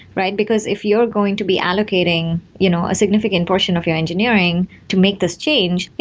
right? because if you're going to be allocating you know a significant portion of your engineering to make this change,